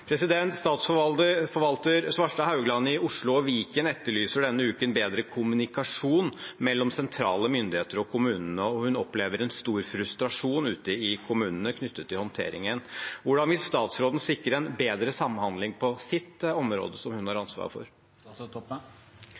Svarstad Haugland i Oslo og Viken etterlyser denne uken bedre kommunikasjon mellom sentrale myndigheter og kommunene. Hun opplever en stor frustrasjon ute i kommunene knyttet til håndteringen. Hvordan vil statsråden sikre en bedre samhandling på det området som hun har ansvar for?